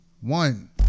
one